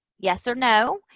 yes or no.